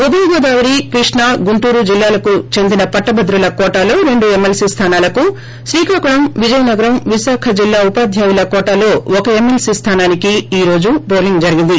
ఉభయగోదావరి కృష్ణా గుంటూరు జిల్లాలకు చెందిన పట్టభద్రుల కోటాలో రెండు ఎమ్మెల్స్ స్థానాలకు శ్రీకాకుళం విజయనగరం ప్రారంభించి విశాఖ జిల్లా ఉపాధ్యాయుల కోటాలో ఒక ఎమ్మెల్స్టోనానికి ఈ రోజు పోలింగ్ జరిగింది